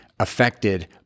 affected